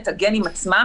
את הגנים עצמם,